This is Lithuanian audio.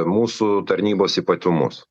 mūsų tarnybos ypatumus